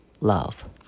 love